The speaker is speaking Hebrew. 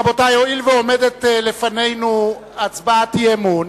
רבותי, הואיל ועומדת בפנינו הצבעת אי-אמון